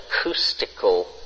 acoustical